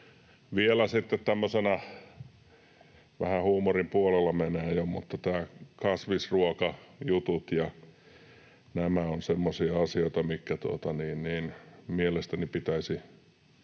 Vielä sitten tämmöinen asia — vähän huumorin puolelle menee jo — että nämä kasvisruokajutut ja nämä ovat semmoisia asioita, mitkä mielestäni pitäisi